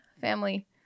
family